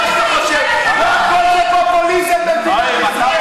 לא הכול זה פופוליזם במדינת ישראל.